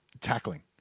Tackling